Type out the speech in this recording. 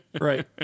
Right